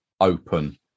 open